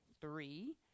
three